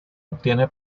obtiene